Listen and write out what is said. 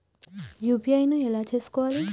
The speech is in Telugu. యూ.పీ.ఐ ను ఎలా చేస్కోవాలి?